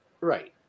Right